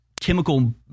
chemical